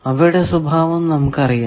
അവയുടെ സ്വഭാവം നമുക്കറിയാം